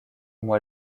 mois